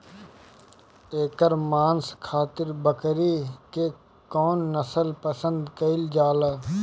एकर मांस खातिर बकरी के कौन नस्ल पसंद कईल जाले?